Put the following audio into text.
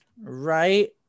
right